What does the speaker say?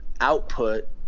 output